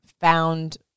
found